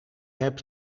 heb